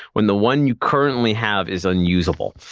when the one you currently have is unusable.